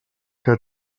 que